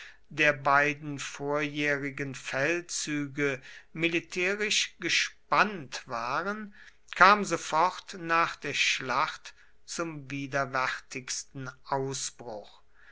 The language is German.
der beiden vorjährigen feldzüge militärisch gespannt waren kam sofort nach der schlacht zum widerwärtigsten ausbruch